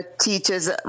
Teachers